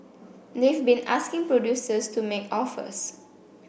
they've been asking producers to make offers